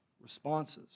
responses